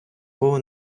кого